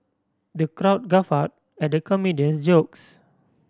the crowd guffawed at the comedian's jokes